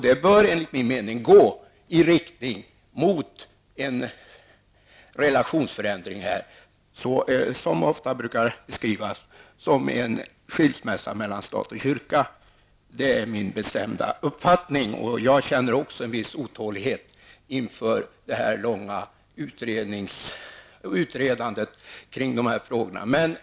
Det bör enligt min mening gå i riktning mot en relationsförändring, vilken ofta brukar beskrivas som en skilsmässa mellan stat och kyrka. Det är min bestämda uppfattning. Jag känner också en viss otålighet inför detta långa utredande kring dessa frågor.